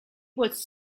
was